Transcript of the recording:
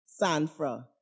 Sanfra